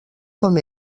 com